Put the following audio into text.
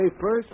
first